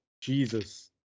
Jesus